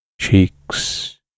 Cheeks